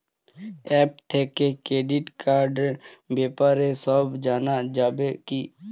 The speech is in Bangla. অ্যাপ থেকে ক্রেডিট কার্ডর ব্যাপারে সব জানা যাবে কি?